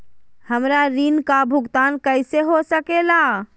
हमरा ऋण का भुगतान कैसे हो सके ला?